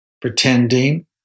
pretending